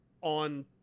on